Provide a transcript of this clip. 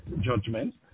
Judgment